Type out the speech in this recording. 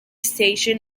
station